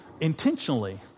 intentionally